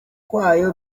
kwayo